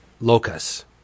locus